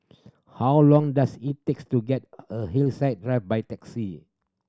how long does it take to get a Hillside Drive by taxi